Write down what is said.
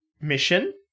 mission